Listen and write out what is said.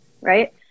right